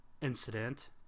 incident